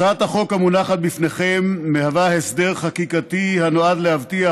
הצעת החוק המונחת בפניכם מהווה הסדר חקיקה שנועד להבטיח